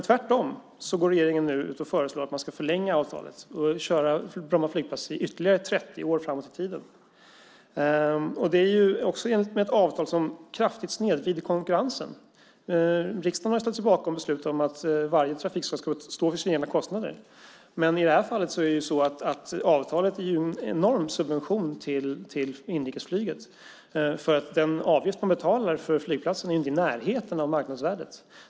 Tvärtom går regeringen nu ut och föreslår att man ska förlänga avtalet och köra Bromma flygplats i ytterligare 30 år framåt i tiden. Det är egentligen ett avtal som också kraftigt snedvrider konkurrensen. Riksdagen har ställt sig bakom beslutet att varje trafikslag ska stå för sina egna kostnader, men i det här fallet är avtalet en enorm subvention till inrikesflyget. Den avgift de betalar för flygplatsen är inte i närheten av marknadsvärdet.